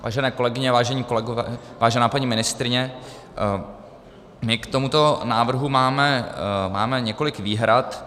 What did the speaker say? Vážené kolegyně, vážení kolegové, vážená paní ministryně, my k tomuto návrhu máme několik výhrad.